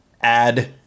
add